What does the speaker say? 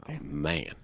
Man